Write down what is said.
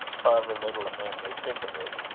however little a man may think of it,